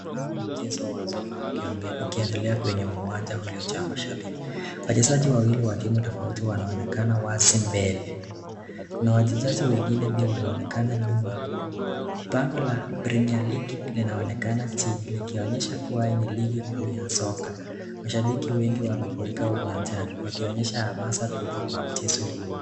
Huu ni mchezo wa soka ukiangalia kwenye uliojaa mashabiki, wachezaji wawili wa timu tofauti wanonekana wazi mbele. Kuna wachezaji wengine pia wanaonekana nyuma. Bango la premier league linaonekana chini ikionyesha kuwa hii ni ligi kuu ya soka. Mashabiki wengi wamefurika uwanjani wakioyesha hamza kubwa kwa mchezo huo.